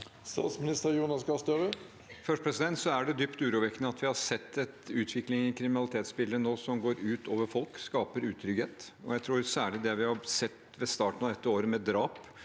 Statsminister Jonas Gahr Støre Først: Det er dypt urovekkende at vi har sett en utvikling i kriminalitetsbildet nå som går ut over folk, og som skaper utrygghet. Jeg tror særlig det vi har sett ved starten av dette året, med drap,